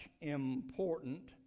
important